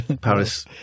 Paris